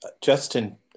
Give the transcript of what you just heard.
Justin